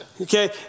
okay